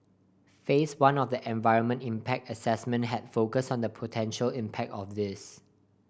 Phase One of the environmental impact assessment had focused on the potential impact of this